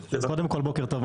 קודם כול בוקר טוב.